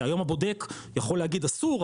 כי היום הבודק יכול להגיד אסור,